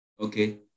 Okay